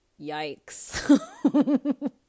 yikes